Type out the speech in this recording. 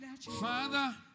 Father